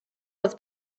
was